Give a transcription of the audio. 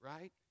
Right